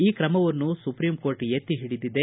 ಈ ಕ್ರಮವನ್ನು supreme court ಎತ್ತಿ ಹಿಡಿದಿದೆ